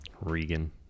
Regan